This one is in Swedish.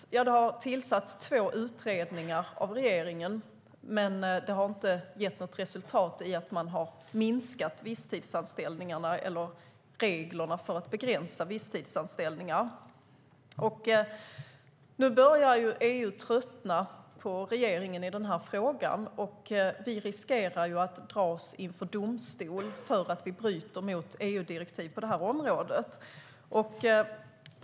Jo, regeringen har tillsatt två utredningar, men det har inte resulterat i att visstidsanställningarna minskat eller i regler för att begränsa visstidsanställningar. Kommissionen börjar tröttna på regeringen när det gäller den här frågan, och vi riskerar att dras inför domstol för att vi bryter mot EU-direktiv på området.